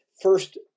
first